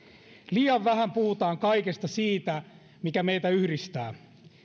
liian vähän puhutaan kaikesta siitä mikä meitä yhdistää